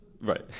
Right